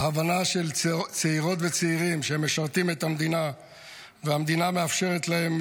ההבנה של צעירות וצעירים שהם משרתים את המדינה והמדינה מאפשרת להם